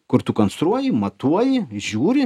kur tu konstruoji matuoji žiūri